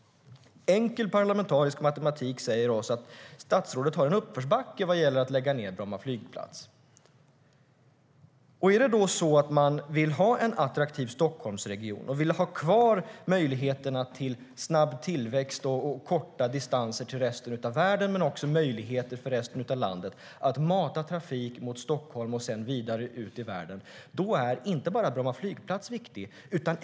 Enkel parlamentarisk matematik säger oss att statsrådet har uppförsbacke vad gäller att lägga ned Bromma flygplats. Om man vill ha en attraktiv Stockholmsregion och ha kvar möjligheterna till snabb tillväxt och korta distanser till resten av världen men också möjligheter för resten av landet att mata trafik mot Stockholm och sedan vidare ut i världen, då är inte bara Bromma flygplats viktig.